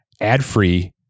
ad-free